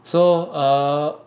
so uh